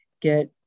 get